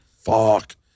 fuck